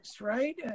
right